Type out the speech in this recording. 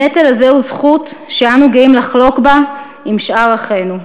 הנטל הזה הוא זכות שאנו גאים לחלוק בה עם שאר אחינו.